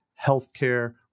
healthcare